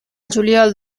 juliol